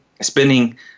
Spending